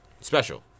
special